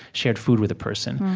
shared food with a person,